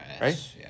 Right